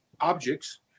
objects